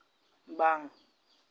ᱵᱟᱝ